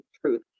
truth